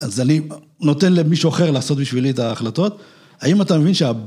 ‫אז אני נותן למישהו אחר ‫לעשות בשבילי את ההחלטות. ‫האם אתה מבין שה...